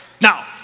Now